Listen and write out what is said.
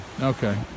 Okay